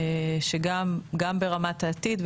גם ברמת העתיד,